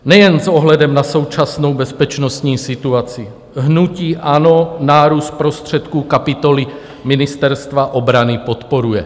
Nejen s ohledem na současnou bezpečnostní situaci hnutí ANO nárůst prostředků kapitoly Ministerstva obrany podporuje.